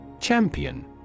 Champion